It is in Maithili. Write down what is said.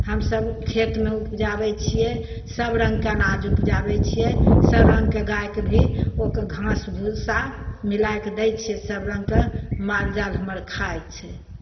हमसभ खेतमे उपजाबै छियै सभ रङ्गके अनाज उपजाबै छियै सभ रङ्गके गायके भी ओकर घास भुस्सा मिलाए कऽ दै छियै सभ रङ्गके माल जाल हमर खाइ छै